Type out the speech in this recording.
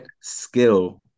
skill